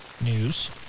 news